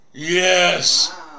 Yes